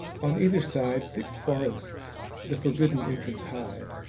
on either side thick forests the forbidden entrance hide.